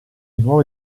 nuove